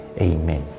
Amen